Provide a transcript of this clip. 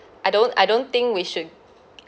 I don't I don't think we should